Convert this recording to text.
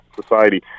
society